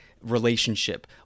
relationship